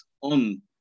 on